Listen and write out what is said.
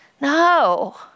No